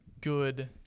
good